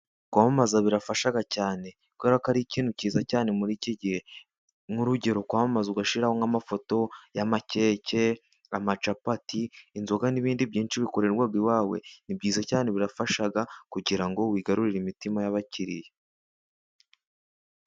Kwamamaza birafasha cyane, kubera ko ari ikintu cyiza cyane muri iki gihe. nk'urugero: kwambazwa ugashiraho nk'amafoto y'amakeke, amacapati, inzoga, n'ibindi byinshi bikorerwaga iwawe. Ni byiza cyane birafasha, kugira ngo wigarurire imitima y'abakiriya.